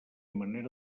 manera